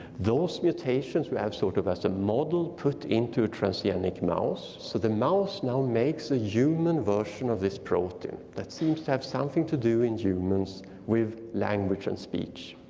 those mutations we have, sort of, as a model put into transgenic mouse. so the mouse now makes a human version of this protein that seems to have something to do in humans with language and speech.